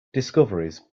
discoveries